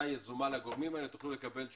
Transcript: יזומה לגורמים האלה תוכלו לקבל תשובות.